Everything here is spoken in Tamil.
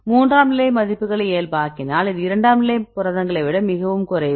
மூன்றாம் நிலை மதிப்புகளை இயல்பாக்கினால் இது இரண்டாம் நிலைப் புரதங்களை விட மிகவும் குறைவு